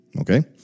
okay